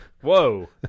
Whoa